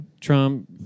Trump